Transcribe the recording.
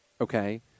okay